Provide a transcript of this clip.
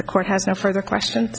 the court has no further question